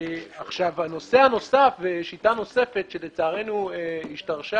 נושא נוסף ושיטה נוספת שלצערנו השתרשה